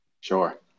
Sure